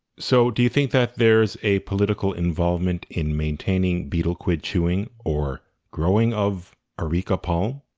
so do you think that there is a political involvement in maintaining betel quid chewing or growing of areca palm?